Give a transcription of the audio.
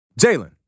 Jalen